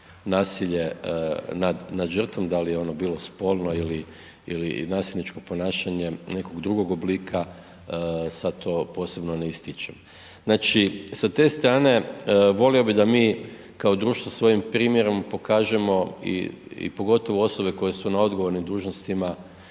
nasilje nad, nad žrtvom, da li je ono bilo spolno ili, ili nasilničko ponašanje nekog drugog oblika, sad to posebno ne ističem. Znači sa te strane volio bi da mi kao društvo svojim primjerom pokažemo i pogotovo osobe koje su na odgovornim dužnostima